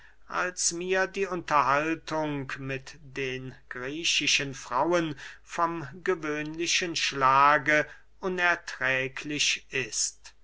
als mir die unterhaltung mit den griechischen frauen vom gewöhnlichen schlage unerträglich ist